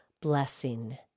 blessing